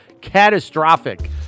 catastrophic